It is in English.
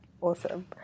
Awesome